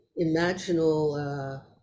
imaginal